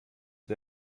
mit